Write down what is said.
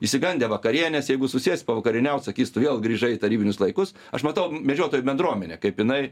išsigandę vakarienės jeigu susės pavakarieniaut sakys tu vėl grįžai į tarybinius laikus aš matau medžiotojų bendruomenė kaip jinai